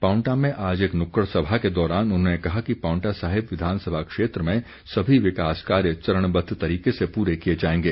पांवटा में आज एक नुक्कड़ सभा के दौरान उन्होंने कहा कि पांवटा साहिब विधानसभा क्षेत्र में सभी विकास कार्य चरणबद्ध तरीके से पूरे किए जाएंगे